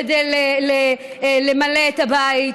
כדי למלא את הבית,